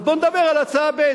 אז בוא נדבר על הצעה ב'.